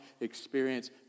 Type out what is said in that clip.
experience